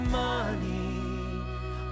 money